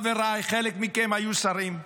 חבריי, חלק מכם היו שרים.